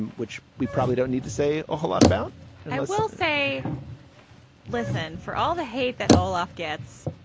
and which we probably don't need to say a whole lot about yeah well, say listen, for all the hate that orloff gets.